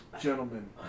Gentlemen